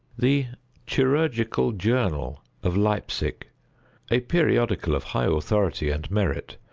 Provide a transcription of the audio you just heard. the chirurgical journal of leipsic a periodical of high authority and merit,